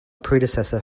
predecessor